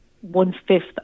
one-fifth